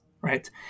right